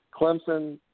Clemson